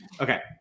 Okay